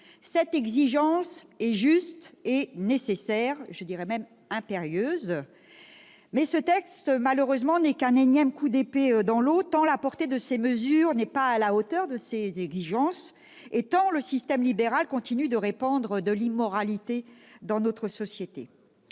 cette exigence est juste et nécessaire, impérieuse même, ce texte, malheureusement, n'est qu'un énième coup d'épée dans l'eau : la portée de ses mesures n'est pas à la hauteur des enjeux, et le système libéral continue de répandre de l'immoralité dans notre société.